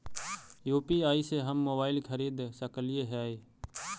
UPI से हम mobile खरिद सकलिऐ है